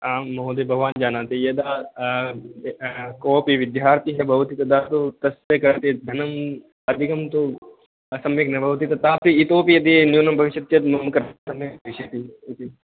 आम् महोदय भवान् जानाति यदा कोऽपि विद्यार्थी न भवति तदा तु तस्य क्वचिद् धनम् अधिकं तु सम्यक् न भवति तथापि इतोऽपि यदि न्यूनं भविष्यति चेत्